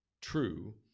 true